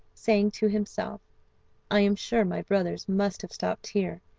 saying to himself i am sure my brothers must have stopped here,